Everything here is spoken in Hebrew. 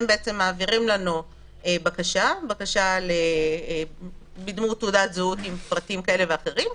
הם בעצם מעבירים לנו בקשה בדמות תעודת זהות עם פרטים כאלה ואחרים,